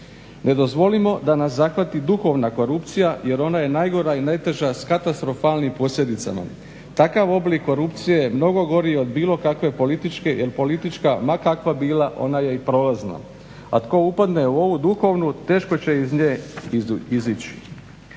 Ne dozvolimo da nas zahvati duhovna korupcija jer ona je najgora i najteža s katastrofalnim posljedicama. Takav oblik korupcije je mnogo gori od bilo kakve političke, jer politička ma kakva bila ona je i prolazna, a tko upadne u ovu duhovnu teško će iz nje izići.